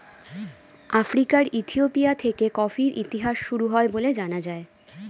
আফ্রিকার ইথিওপিয়া থেকে কফির ইতিহাস শুরু হয় বলে জানা যায়